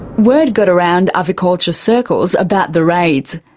word got around aviculture circles about the raids.